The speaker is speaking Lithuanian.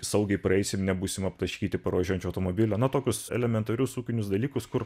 saugiai praeisim nebūsim aptaškyti pravažiuojančio automobilio na tokius elementarius ūkinius dalykus kur